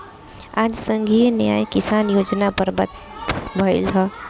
आज संघीय न्याय किसान योजना पर बात भईल ह